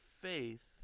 faith